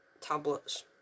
tablets